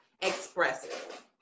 expressive